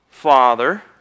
Father